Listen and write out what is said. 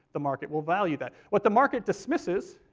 the market will value that. what the market dismisses,